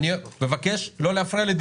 אני מבקש לא להפריע לדיון.